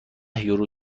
یورو